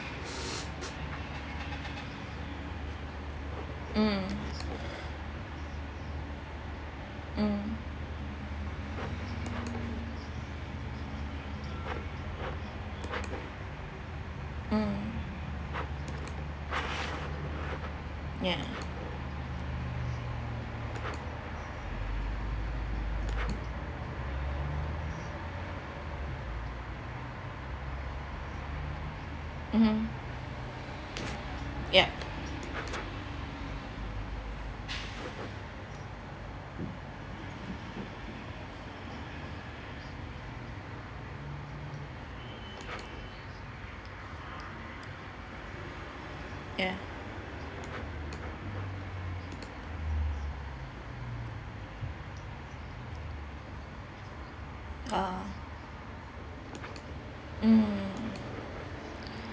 mm mm mm ya (uh huh) yup ya uh mm